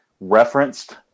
referenced